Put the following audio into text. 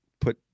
put